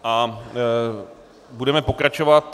A budeme pokračovat.